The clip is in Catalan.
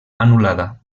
anul·lada